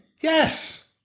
Yes